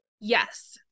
Yes